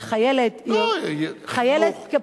חיילת, לא, חינוך.